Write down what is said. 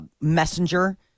messenger